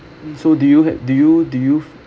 so do you have do you do you